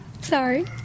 Sorry